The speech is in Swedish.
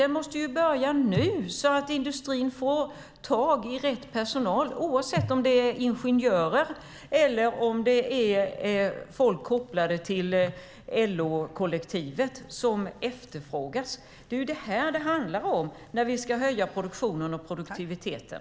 Den måste börja nu så att industrin får tag i rätt personal oavsett om det är ingenjörer eller folk kopplade till LO-kollektivet som efterfrågas. Det är vad det handlar om när vi ska höja produktionen och produktiviteten.